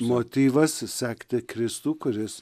motyvas sekti kristų kuris